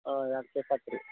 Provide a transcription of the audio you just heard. ಹ್ಞೂ ಎರಡು ಕೆಜ್ ಸಕ್ಕರೆ